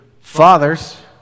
fathers